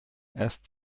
erst